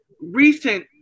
recent